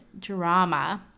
drama